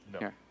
No